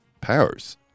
powers